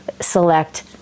select